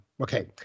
Okay